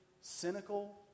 cynical